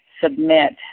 submit